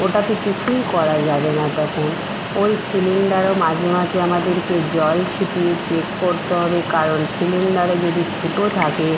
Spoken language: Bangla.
ওটাতে কিছুই করা যাবে না তখন ওই সিলিন্ডারও মাঝে মাঝে আমাদেরকে জল ছিটিয়ে চেক করতে হবে কারণ সিলিন্ডারে যদি ফুটো থাকে